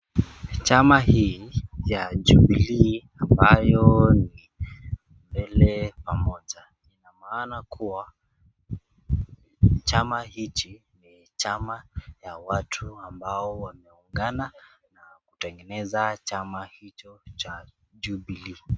Chama hii ya jubilee, ambayo ni mbele pamoja inamaana kuwa, chama hicho ni chama cha watu ambao wameungana, na kutengeneza chama hicho cha jubilee .